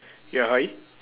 ya hi